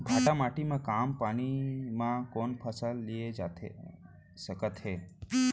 भांठा माटी मा कम पानी मा कौन फसल लिए जाथे सकत हे?